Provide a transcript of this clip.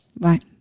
Right